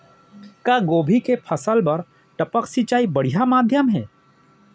का गोभी के फसल बर टपक सिंचाई बढ़िया माधयम हे?